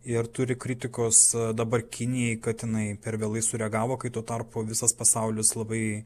ir turi kritikos dabar kinijai kad jinai per vėlai sureagavo kai tuo tarpu visas pasaulis labai